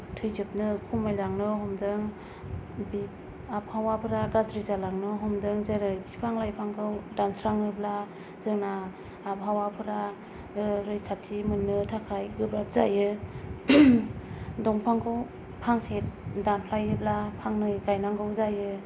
थैजोबनो खमायलांनो हमदों बे आबहावाफोरा गाज्रि जालांनो हमदों जेरै फिफां लाइफांखौ दानस्राङोब्ला जोंना आबहावाफोरा रैखाथि मोन्नो थाखाय गोब्राब जायो दंफांखौ फांसे दानफायोब्ला फांनै गायनांगौ जायो